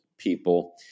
people